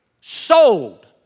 sold